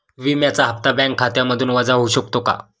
विम्याचा हप्ता बँक खात्यामधून वजा होऊ शकतो का?